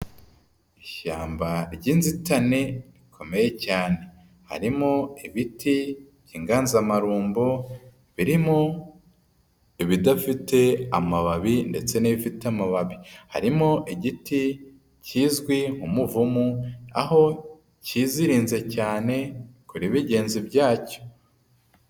Ishyamba ry'inzitane rikomeye cyane. Harimo ibiti by'inganzamarumbo birimo ibidafite amababi ndetse n'ibifite amababi. Harimo igiti kizwi nk'umuvumu aho kizirinze cyane kuri bigenza byacyo.